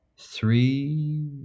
three